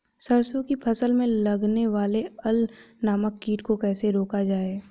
सरसों की फसल में लगने वाले अल नामक कीट को कैसे रोका जाए?